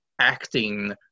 acting